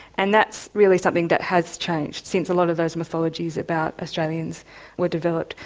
and that's really something that has changed since a lot of those mythologies about australians were developed.